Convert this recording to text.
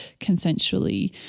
consensually